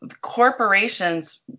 corporations